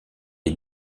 est